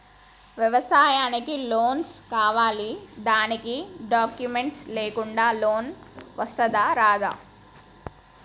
వ్యవసాయానికి లోన్స్ కావాలి దానికి డాక్యుమెంట్స్ లేకుండా లోన్ వస్తుందా రాదా?